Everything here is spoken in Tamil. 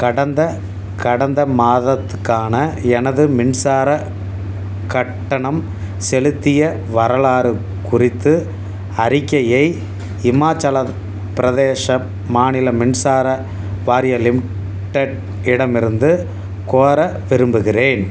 கடந்த கடந்த மாதத்துக்கான எனது மின்சாரக் கட்டணம் செலுத்திய வரலாறு குறித்து அறிக்கையை இமாச்சலப் பிரதேச மாநில மின்சார வாரியம் லிமிட்டெட் இடமிருந்து கோர விரும்புகிறேன்